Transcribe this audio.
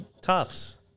tops